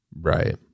Right